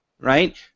Right